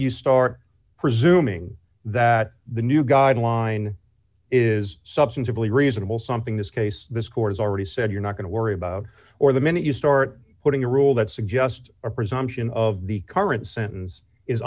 you start presuming that the new guideline is substantively reasonable something this case this court is already said you're not going to worry about or the minute you start putting a rule that suggest a presumption of the current sentence is